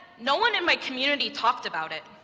no one in my community talked about it.